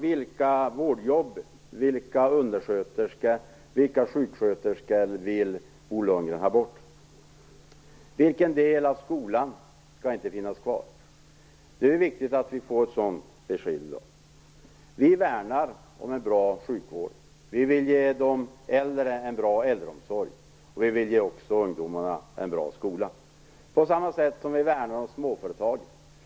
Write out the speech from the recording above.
Vilka vårdjobb, vilka undersköterskor, vilka sjuksköterskor vill Bo Lundgren ha bort? Vilken del av skolan skall inte finnas kvar? Det är viktigt att vi får besked om det. Vi värnar om en god sjukvård. Vi vill ge de äldre en bra äldreomsorg och vi vill ge ungdomarna en bra skola. Vi värnar också om småföretagen.